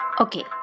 Okay